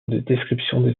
description